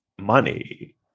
money